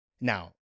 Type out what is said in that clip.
Now